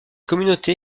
communauté